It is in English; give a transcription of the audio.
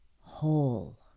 whole